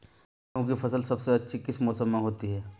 गेंहू की फसल सबसे अच्छी किस मौसम में होती है?